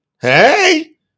hey